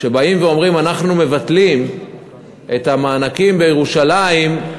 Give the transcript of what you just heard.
כשאומרים אנחנו מבטלים את המענקים בירושלים,